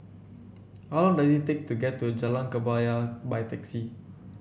how long does it take to get to Jalan Kebaya by taxi